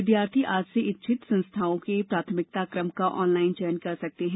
विद्यार्थी आज से इच्छित संस्थाओं के प्राथमिकता क्रम का ऑनलाइन चयन कर सकते है